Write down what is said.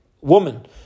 woman